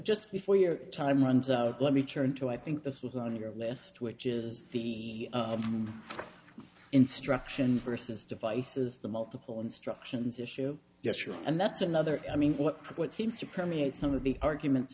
just before your time runs out let me turn to i think this was on your list which is the instruction vs devices the multiple instructions issue yes sure and that's another i mean what what seems to permeate some of the arguments